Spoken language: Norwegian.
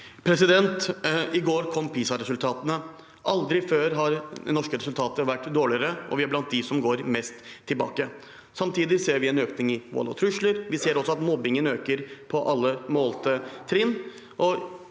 I går kom PISA- resultatene. Aldri før har norske resultater vært dårligere, og vi er blant dem som går mest tilbake. Samtidig ser vi en økning i vold og trusler, og vi ser at mobbingen øker på alle målte trinn.